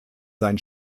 sein